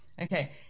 Okay